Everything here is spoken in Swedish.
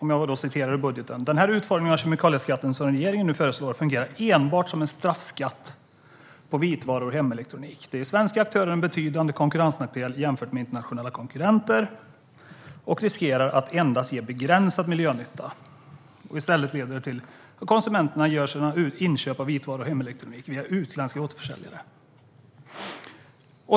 Moderaterna skriver: Den utformning av kemikalieskatten som regeringen nu föreslår fungerar enbart som en straffskatt på vitvaror och hem-elektronik. Det är för den svenska aktören en betydande konkurrensnackdel jämfört med internationella konkurrenter och riskerar att endast ge begränsad miljönytta. I stället leder det till att konsumenterna gör sina inköp av vitvaror och hemelektronik via utländska återförsäljare.